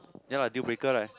ya lah deal breaker lah